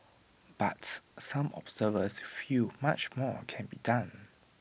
but some observers feel much more can be done